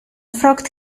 fragt